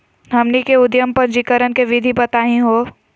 हमनी के उद्यम पंजीकरण के विधि बताही हो?